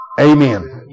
amen